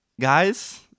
Guys